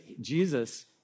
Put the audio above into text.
Jesus